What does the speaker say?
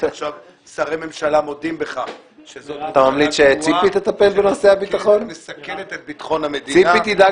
עכשיו שרי ממשלה מודים בכך שזאת ממשלה גרועה שמסכנת את ביטחון המדינה.